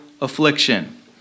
affliction